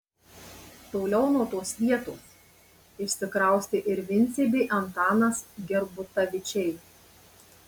toliau nuo tos vietos išsikraustė ir vincė bei antanas gerbutavičiai